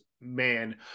Man